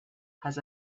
has